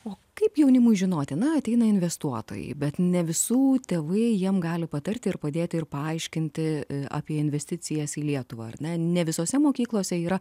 o kaip jaunimui žinoti na ateina investuotojai bet ne visų tėvai jiem gali patarti ir padėti ir paaiškinti apie investicijas į lietuvą ar ne ne visose mokyklose yra